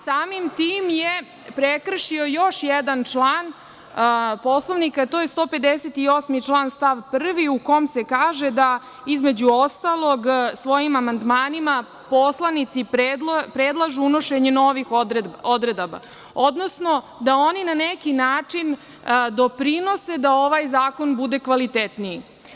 Samim tim je prekršio još jedan član Poslovnika, a to je 158. stav 1. u kome se kaže da, između ostalog, svojim amandmanima poslanicima predlažu unošenje novih odredaba, odnosno da oni na neki način doprinose da ovaj zakon bude kvalitetniji.